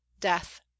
death